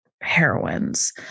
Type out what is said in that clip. heroines